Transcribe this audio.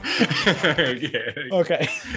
Okay